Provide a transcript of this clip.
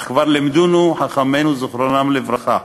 אך כבר לימדונו חכמינו זיכרונם לברכה,